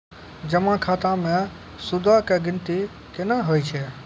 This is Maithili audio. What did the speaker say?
जमा खाता मे सूदो के गिनती केना होय छै?